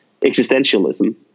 existentialism